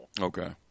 Okay